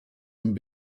and